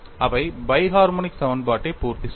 அவை biharmonic சமன்பாட்டை பூர்த்தி செய்யும்